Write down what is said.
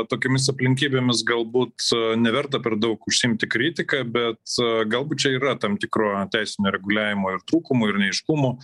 tokiomis aplinkybėmis galbūt neverta per daug užsiimti kritika bet galbūt čia yra tam tikro teisinio reguliavimo ir trūkumų ir neaiškumų